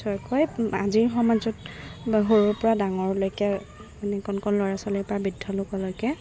আজিৰ সমাজত সৰু পৰা ডাঙৰলৈকে মানে কণ কণ ল'ৰা ছোৱালীৰ পৰা বৃদ্ধ লোকলৈকে